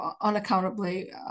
unaccountably